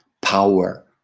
power